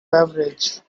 beverage